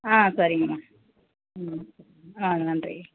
ஆ சரிங்கம்மா ம் ஆ நன்றி